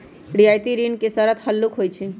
रियायती ऋण के शरत हल्लुक होइ छइ